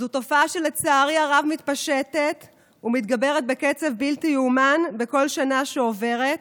זו תופעה שלצערי הרב מתפשטת ומתגברת בקצב בלתי ייאמן בכל שנה שעוברת.